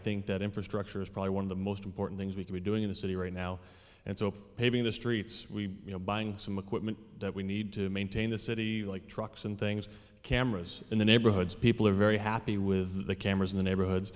think that infrastructure is probably one of the most important things we can be doing in the city right now and so paving the streets we you know buying some equipment that we need to maintain the city like trucks and things cameras in the neighborhoods people are very happy with the cameras in the neighborhoods